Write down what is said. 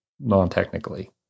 non-technically